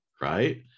right